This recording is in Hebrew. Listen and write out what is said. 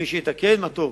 מי שיתקן, מה טוב.